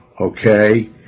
okay